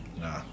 Nah